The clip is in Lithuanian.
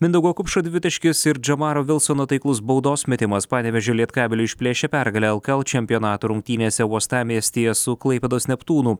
mindaugo kupšo dvitaškis ir džamaro vilsono taiklus baudos metimas panevėžio lietkabeliui išplėšė pergalę lkl čempionato rungtynėse uostamiestyje su klaipėdos neptūnu